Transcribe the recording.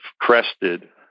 crested